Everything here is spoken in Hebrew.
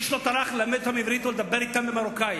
איש לא טרח ללמד אותם עברית או לדבר אתם במרוקנית.